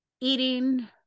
eating